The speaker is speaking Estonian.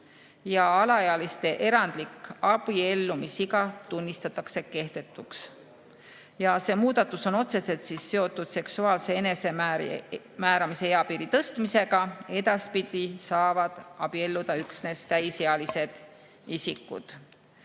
ja alaealiste erandlik abiellumisiga tunnistatakse kehtetuks. See muudatus on otseselt seotud seksuaalse enesemääramise eapiiri tõstmisega. Edaspidi saavad abielluda üksnes täisealised isikud.